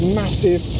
massive